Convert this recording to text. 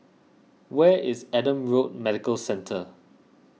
where is Adam Road Medical Centre